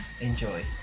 Enjoy